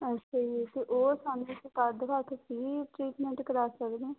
ਅੱਛਾ ਜੀ ਅਤੇ ਉਹ ਸਾਨੂੰ ਕਾਰਡ ਦਿਖਾ ਕੇ ਫਰੀ ਟ੍ਰੀਟਮੈਂਟ ਕਰਾ ਸਕਦੇ ਹਾਂ